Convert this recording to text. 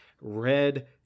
Red